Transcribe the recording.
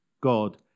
God